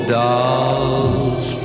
dolls